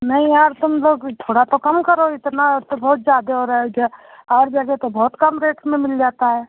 नहीं यार तुम लोग थोड़ा तो कम करो इतना तो बहुत ज्यादे हो रहा है और जगह तो बहुत कम रेट में मिल जाता है